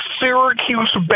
Syracuse